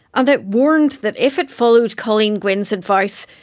and it warned that if it followed colleen gwynne's advice,